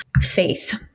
faith